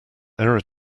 error